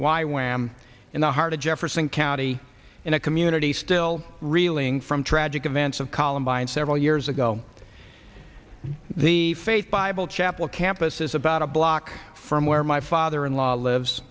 why when i am in the heart of jefferson county in a community still reeling from tragic events of columbine several years ago the fate bible chapel campus is about a block from where my father in law lives